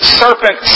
serpent